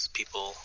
people